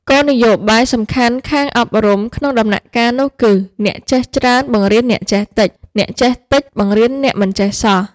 គោលនយោបាយសំខាន់ខាងអប់រំក្នុងដំណាក់កាលនោះគឺ "អ្នកចេះច្រើនបង្រៀនអ្នកចេះតិច អ្នកចេះតិចបង្រៀនអ្នកមិនចេះសោះ"។